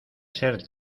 ser